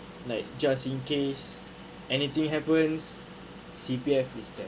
like just in case anything happens C_P_F is there